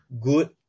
good